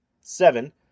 Seven